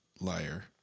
liar